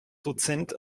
dozent